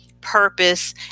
purpose